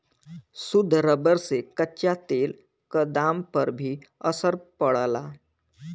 शुद्ध रबर से कच्चा तेल क दाम पर भी असर पड़ला